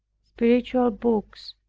spiritual books,